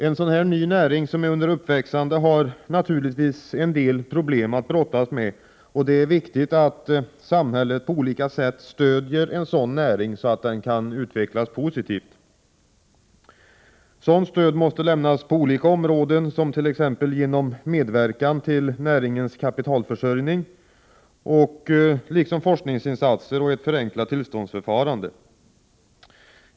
En ny näring som är under uppväxande har naturligtvis en del problem att brottas med, och det är viktigt att samhället på olika sätt stöder en sådan näring, så att den kan utvecklas positivt. Sådant stöd måste lämnas på olika områden, t.ex. genom medverkan till näringens kapitalförsörjning liksom till forskningsinsatser och genom ett förenklat tillståndsförfarande.